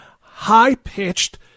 high-pitched